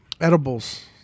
edibles